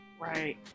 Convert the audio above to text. Right